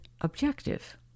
objective